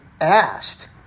asked